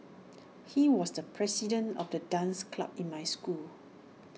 he was the president of the dance club in my school